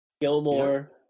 Gilmore